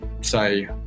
say